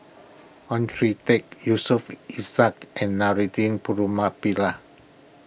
Oon Teik Yusof Ishak and Putumaippittan